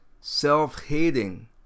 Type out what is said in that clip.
self-hating